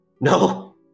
no